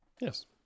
Yes